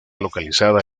localizada